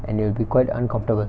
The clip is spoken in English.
and it will be quite uncomfortable